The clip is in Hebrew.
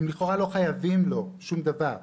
הם לכאורה לא חייבים לו שום דבר.